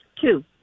Two